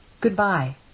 Goodbye